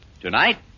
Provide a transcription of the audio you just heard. Tonight